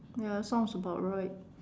ya sounds about right